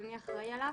ומי אחראי עליו.